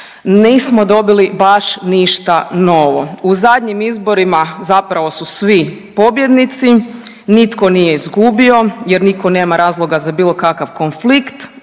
nismo dobili baš ništa novo. U zadnjim izborima su zapravo svi pobjednici, nitko nije izgubio, jer nitko nema razloga za bilo kakav konflikt